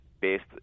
based –